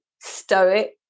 stoic